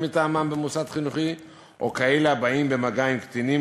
מטעמם במוסד חינוכי או כאלה הבאים במגע עם קטינים,